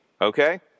okay